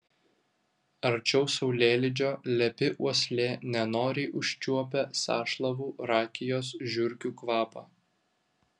arčiau saulėlydžio lepi uoslė nenoriai užčiuopia sąšlavų rakijos žiurkių kvapą